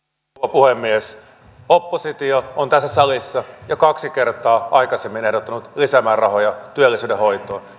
puhemies oppositio on tässä salissa jo kaksi kertaa aikaisemmin ehdottanut lisämäärärahoja työllisyyden hoitoon